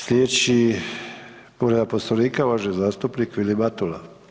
Sljedeći povreda Poslovnika uvaženi zastupnik Vilim Matula.